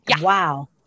Wow